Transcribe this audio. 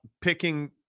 picking